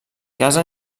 casa